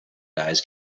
guys